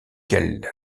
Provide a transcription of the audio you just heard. quels